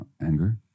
anger